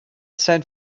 san